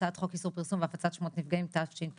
הצעת חוק איסור פרסום והפצת שמות נפגעים התשפ"א-2021,